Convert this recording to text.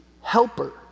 helper